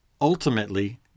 Ultimately